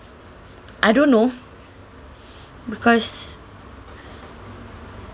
I don't know because